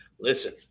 Listen